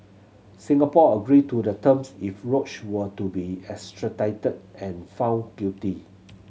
Singapore agreed to the terms if Roach were to be extradited and found guilty